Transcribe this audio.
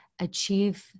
achieve